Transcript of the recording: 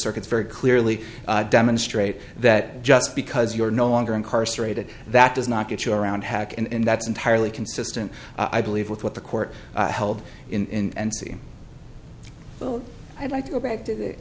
circuits very clearly demonstrate that just because you are no longer incarcerated that does not get you around hack and that's entirely consistent i believe with what the court held in and see i'd like to go back to th